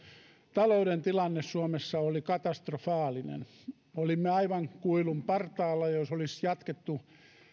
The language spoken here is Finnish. talouden tilanne suomessa oli katastrofaalinen olimme aivan kuilun partaalla ja jos olisi jatkettu